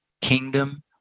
kingdom